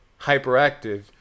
hyperactive